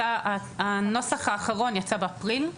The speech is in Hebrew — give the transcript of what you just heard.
הנוסח האחרון יצא באפריל.